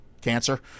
cancer